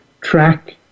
track